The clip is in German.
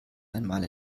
einmal